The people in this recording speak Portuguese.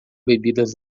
bebidas